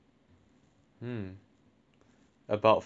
about philosophy